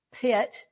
pit